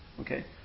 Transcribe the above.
Okay